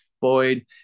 Boyd